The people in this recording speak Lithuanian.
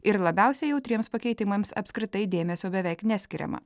ir labiausiai jautriems pakeitimams apskritai dėmesio beveik neskiriama